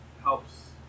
helps